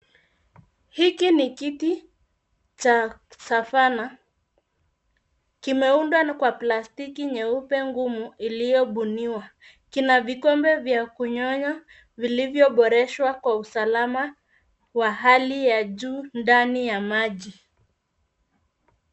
Hiki ni kiti cha savana, kimeundwa kwa plastiki nyeupe ngumu iliyobuniwa. Kina vikombe vya kunyonya vilivyoboreshwa kwa usalama wa hali ya juu ndani ya maji.